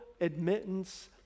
admittance